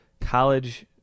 college